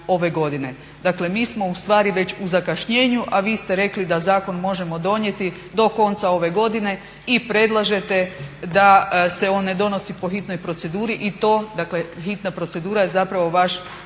Dakle mi smo ustvari već u zakašnjenju a vi ste rekli da zakon možemo donijeti do konca ove godine i predlažete da se on ne donosi po hitnoj proceduri i to dakle hitna procedura je zapravo vaš